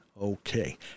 okay